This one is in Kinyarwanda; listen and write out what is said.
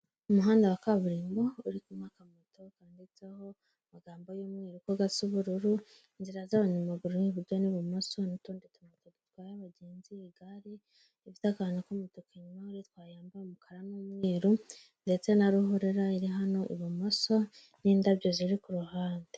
Umuhanda wa kaburimbo urikunyuramo akamoto kandiditseho amagambo y'umweru gasa ubururu inzira z'abanyamaguru iburyo n'ibumoso n'utundi tu dutwara abagenzi. Igare rifite akantu k'umutu inyuma uyitwaye yambaye umukara n'umweru ndetse na ruhurura iri hano ibumoso n'indabyo ziri ku ruhande.